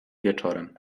wieczorem